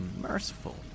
merciful